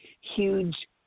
huge